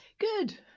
good